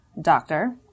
doctor